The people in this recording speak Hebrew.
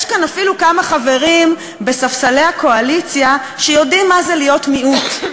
יש כאן אפילו כמה חברים בספסלי הקואליציה שיודעים מה זה להיות מיעוט,